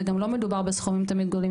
גם לא מדובר תמיד בסכומים גדולים,